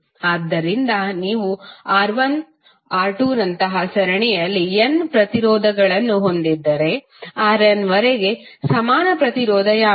ಆದ್ದರಿಂದ ನೀವು R1 R2 ನಂತಹ ಸರಣಿಯಲ್ಲಿ n ಪ್ರತಿರೋಧಗಳನ್ನು ಹೊಂದಿದ್ದರೆ Rn ವರೆಗೆ ಸಮಾನ ಪ್ರತಿರೋಧ ಯಾವುದು